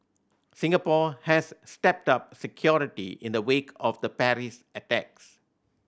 Singapore has stepped up security in the wake of the Paris attacks